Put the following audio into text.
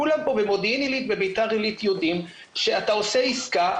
כולם פה במודיעין עלית ובבית"ר עלית יודעים שאתה עושה עסקה,